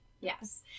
Yes